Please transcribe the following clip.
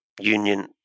union